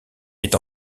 est